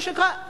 מה שנקרא,